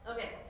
Okay